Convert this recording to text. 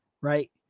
right